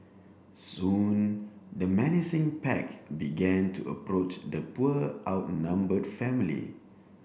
soon the menacing pack began to approach the poor outnumbered family